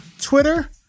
Twitter